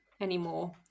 anymore